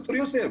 ד"ר יוסף,